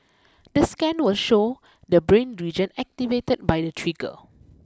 the scan will show the brain region activated by the trigger